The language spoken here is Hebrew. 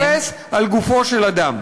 כדי לחפש על גופו של אדם.